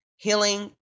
Healing